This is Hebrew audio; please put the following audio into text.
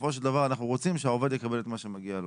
בסופו של דבר אנחנו רוצים שהעובד יקבל את מה שמגיע לו.